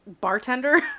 bartender